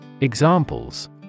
Examples